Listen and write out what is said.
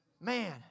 Man